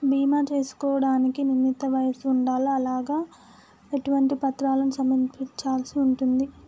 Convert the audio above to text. బీమా చేసుకోవడానికి నిర్ణీత వయస్సు ఉండాలా? అలాగే ఎటువంటి పత్రాలను సమర్పించాల్సి ఉంటది?